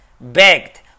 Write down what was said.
begged